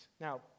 Now